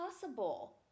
possible